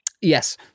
Yes